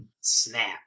Snap